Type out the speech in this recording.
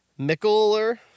Mickler